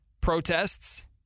protests